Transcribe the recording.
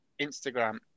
Instagram